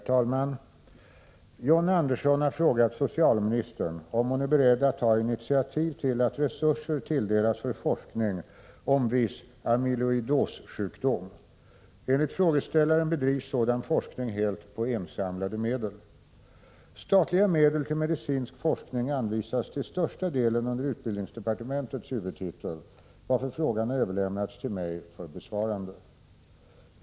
Herr talman! John Andersson har frågat socialministern om hon är beredd att ta initiativ till att resurser tilldelas för forskning om viss amyloidossjukdom. Enligt frågeställaren bedrivs sådan forskning helt på insamlade medel. Statliga medel till medicinsk forskning anvisas till största delen under utbildningsdepartementets huvudtitel, varför frågan har överlämnats till mig för besvarande.